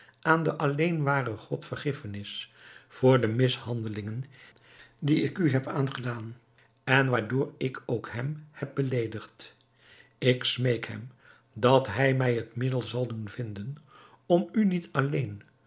aan den alleen waren god vergiffenis voor de mishandelingen die ik u heb aangedaan en waardoor ik ook hem heb beleedigd ik smeek hem dat hij mij het middel zal doen vinden om u niet alleen